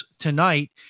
tonight